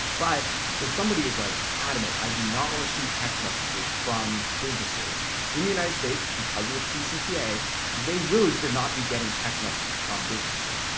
but if somebody is like adamant, i do not wanna receive text messages from businesses in the united states because of the tcpa they really should not be getting text messages from businesses.